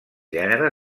gènere